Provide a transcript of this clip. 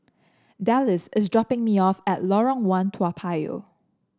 Dallas is dropping me off at Lorong One Toa Payoh